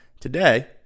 Today